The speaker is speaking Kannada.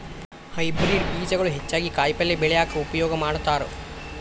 ಹೈಬ್ರೇಡ್ ಬೇಜಗಳು ಹೆಚ್ಚಾಗಿ ಕಾಯಿಪಲ್ಯ ಬೆಳ್ಯಾಕ ಉಪಯೋಗ ಮಾಡತಾರ